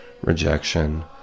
rejection